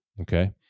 Okay